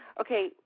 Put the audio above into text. Okay